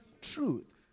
truth